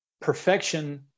Perfection